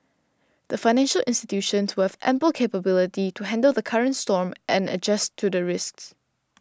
the financial institutions will have ample capability to handle the current storm and adjust to the risks